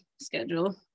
schedule